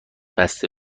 بسته